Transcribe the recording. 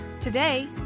Today